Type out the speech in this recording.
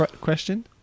Question